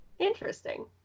interesting